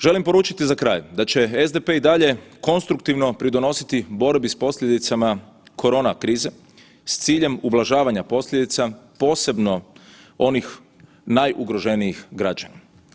Želim poručiti za kraj da će SDP i dalje konstruktivno pridonositi borbi s posljedicama korona krize s ciljem ublažavanja posljedica posebno onih najugroženijih građana.